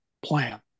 plan